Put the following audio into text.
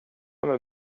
med